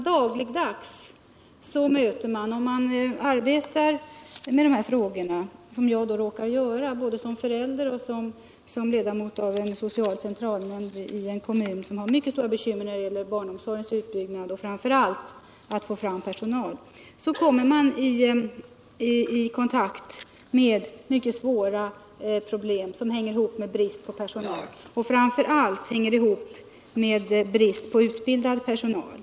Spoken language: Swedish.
Om man arbetar med de här frågorna, som jag råkar göra — både som förälder och som ledamot av en social eentralnämnd i en kommun som har mycket stora bekymmer när det gäller utbyggnaden av barnomsorgen och framför allt när det gäller att få fram personal — kommer man i kontakt med mycket svåra problem som hänger samman med bristen på personal och framför allt med bristen på utbildad personal.